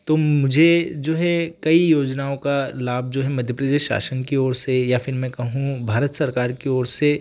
तो मुझे जो है कई योजनाओं का लाभ जो है मध्य प्रदेश शासन की ओर से या फिर मैं कहूँ भारत सरकार की ओर से